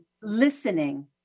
Listening